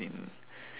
in